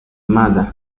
mother